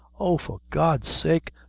oh! for god's sake,